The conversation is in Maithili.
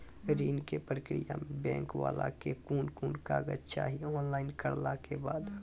ऋण के प्रक्रिया मे बैंक वाला के कुन कुन कागज चाही, ऑनलाइन करला के बाद?